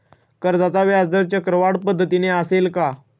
कर्जाचा व्याजदर चक्रवाढ पद्धतीने असेल का?